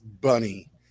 bunny